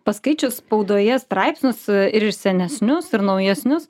paskaičius spaudoje straipsnius ir senesnius ir naujesnius